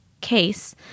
case